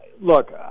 Look